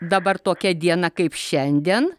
dabar tokia diena kaip šiandien